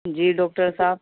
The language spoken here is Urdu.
جی ڈاکٹر صاحب